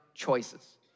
choices